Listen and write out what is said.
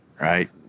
right